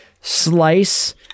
slice